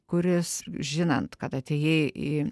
kuris žinant kad atėjai į